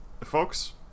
folks